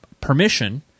permission